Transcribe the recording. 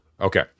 Okay